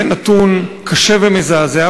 זה נתון קשה ומזעזע,